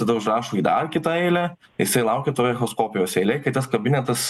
tada užrašo į dar kitą eilę jisai laukia toj echoskopijos eilėj kai tas kabinetas